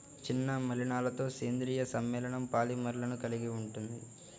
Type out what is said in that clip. చిన్న మలినాలతోసేంద్రీయ సమ్మేళనంపాలిమర్లను కలిగి ఉంటుంది